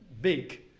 big